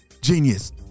genius